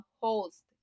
host